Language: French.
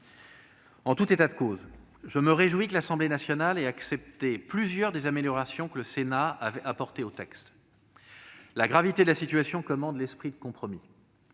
En tout état de cause, je me réjouis que l'Assemblée nationale ait accepté plusieurs des améliorations que le Sénat a apportées au texte. En effet, la gravité de la situation commande l'esprit de compromis.